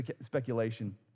speculation